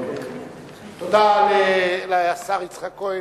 תודה לשר יצחק כהן,